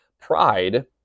Pride